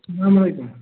اَسلام علیکُم